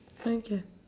okay